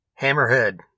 Hammerhead